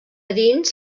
dins